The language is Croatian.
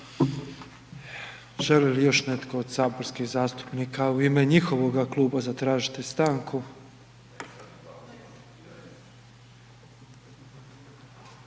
Želi li još netko od saborskih zastupnika u ime njihovoga kluba zatražiti stanku?